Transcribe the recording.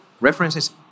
references